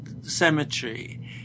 cemetery